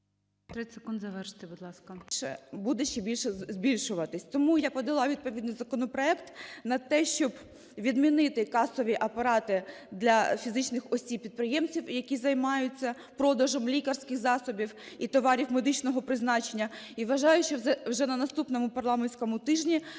. 30 секунд завершити, будь ласка.